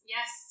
Yes